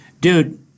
Dude